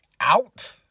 out